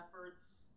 efforts